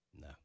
No